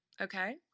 Okay